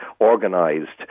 organised